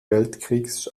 weltkriegs